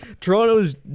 Toronto's